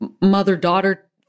mother-daughter